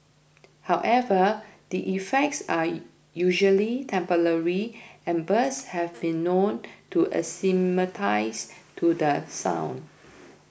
however the effects are usually temporary and birds have been known to acclimatise to the sound